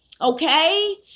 Okay